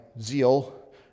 zeal